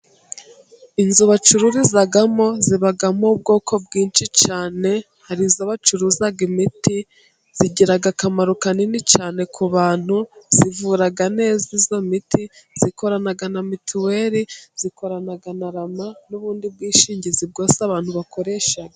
Inzu bacururizamo zibamo ubwoko bwinshi cyane, hari izo bacururizamo imiti igira akamaro kanini cyane ku bantu, ivura neza iyo miti ikorana na mituweli ikorana na Rama n'ubundi bwishingizi bwose abantu bakoresha.